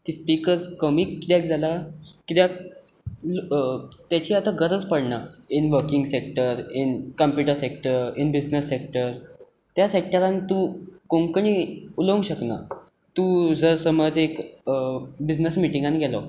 speakers कमी कित्याक जाला कित्याक ताजी आतां गरज पडना in working sector in computer sector in business sector त्या सेक्टरान तूं कोंकणी उलोवंक शकना तूं जर समज एक बिजनेस मिटींगान गेलो